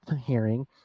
hearing